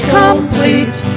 complete